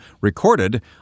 recorded